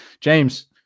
james